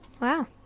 wow